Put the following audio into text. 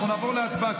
אנחנו נעבור להצבעה.